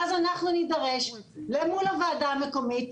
ואז אנחנו נידרש למול הוועדה המקומית,